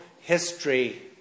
history